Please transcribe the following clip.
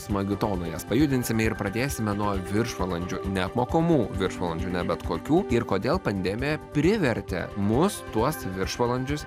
smagiu tonu jas pajudinsime ir pradėsime nuo viršvalandžių neapmokamų viršvalandžių ne bet kokių ir kodėl pandemija privertė mus tuos viršvalandžius